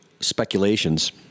Speculations